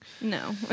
No